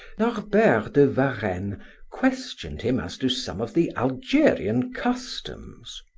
norbert de varenne questioned him as to some of the algerian customs.